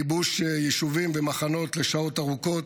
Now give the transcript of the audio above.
כיבוש יישובים ומחנות לשעות ארוכות,